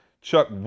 Chuck